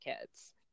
kids